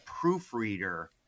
proofreader